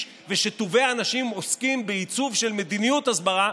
ושטובי האנשים עוסקים בעיצוב של מדיניות הסברה,